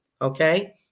Okay